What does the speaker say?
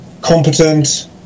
competent